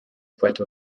puerto